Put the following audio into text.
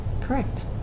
correct